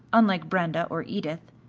unlike brenda or edith,